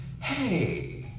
hey